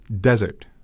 Desert